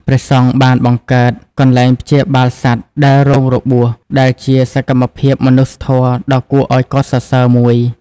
ព្រះសង្ឃបានបង្កើត កន្លែងព្យាបាលសត្វដែលរងរបួស ដែលជាសកម្មភាពមនុស្សធម៌ដ៏គួរឱ្យកោតសរសើរមួយ។